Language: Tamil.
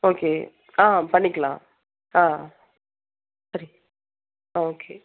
ஓகே ஆ பண்ணிக்கலாம் ஆ சரி ஆ ஓகே